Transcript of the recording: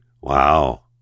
Wow